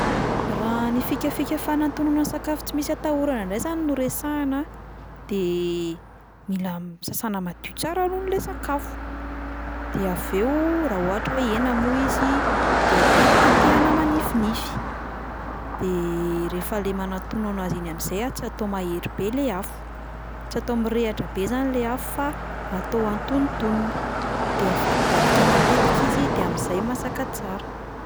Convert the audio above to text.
Raha ny fikafika fanatonoana sakafo tsy misy atahorana indray zany no resahana, de mila sasana madio tsara alohany le sakafo, de avy eo raha ohatra hoe hena moa izy de tetitetehana manifinify, de rehefa le manatono anazy iny amin'izay a tsy atao mahery be le afo, tsy atao mirehatra be zany le afo fa atao antonontonony, de avadibadika matetika izy de amin'izay masaka tsara.